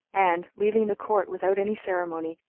and, leaving the court without any ceremony,